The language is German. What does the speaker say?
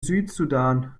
südsudan